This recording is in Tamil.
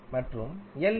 மற்றும் H